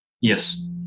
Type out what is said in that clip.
Yes